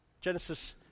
Genesis